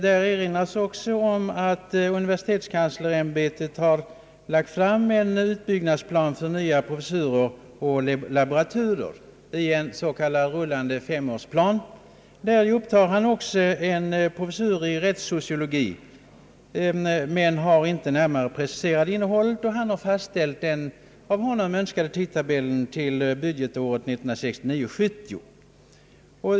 Där erinras också om att universitetskanslern lagt fram en utbyggnadsplan som gäller nya professurer och laboraturer, en s.k. rullande femårsplan. Kanslern upptar där också en professur i rättssociologi men har inte närmare preciserat innehållet. Den av honom önskade tidtabellen avser budgetåret 1969/70.